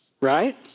right